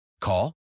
Call